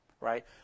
Right